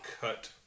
cut